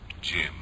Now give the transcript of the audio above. Jim